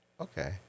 okay